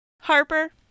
Harper